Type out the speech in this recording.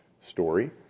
story